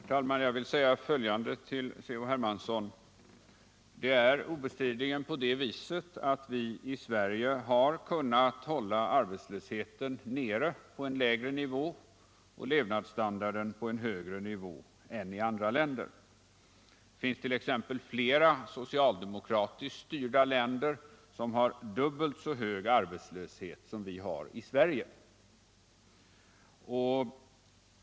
Herr talman! Jag vill säga följande till Carl-Henrik Hermansson. Det är obestridligt att vii Sverige har kunnat hålla arbetslösheten nere på en lägre nivå och levnadsstandarden på en högre nivå än man har i andra länder. Det finns t.ex. flera socialdemokratiskt styrda länder som har dubbelt så hög arbetslöshet som vi har i Sverige.